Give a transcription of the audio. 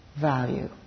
value